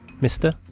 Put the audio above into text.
mister